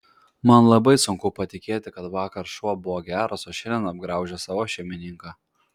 man labai sunku patikėti kad vakar šuo buvo geras o šiandien apgraužė savo šeimininką